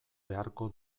beharko